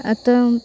आतां